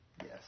Yes